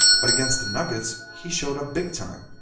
but against and nuggets he showed up big-time.